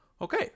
Okay